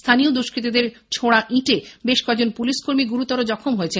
স্থানীয় দুষ্কৃতীদের ছোঁড়া ইটে বেশ কয়েকজন পুলিশকর্মী গুরুতর জখম হয়েছেন